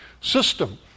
system